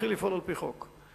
להתחיל לפעול על-פי חוק.